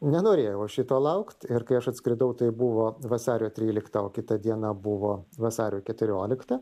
nenorėjau aš šito laukt ir kai aš atskridau tai buvo vasario trylikta o kitą dieną buvo vasario keturiolikta